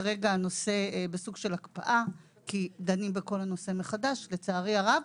כרגע הנושא בסוג של הקפאה כי דנים בכל הנושא מחדש לצערי הרב,